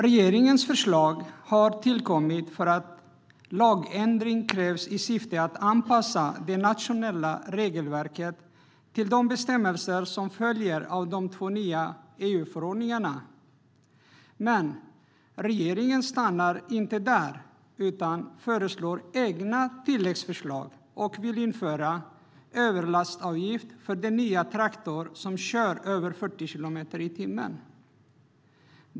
Regeringens förslag har tillkommit för att en lagändring krävs i syfte att anpassa det nationella regelverket till de bestämmelser som följer av de två nya EU-förordningarna. Men regeringen stannar inte där utan föreslår egna tillägg och vill införa överlastavgift för den nya traktor som kör över 40 kilometer i timmen.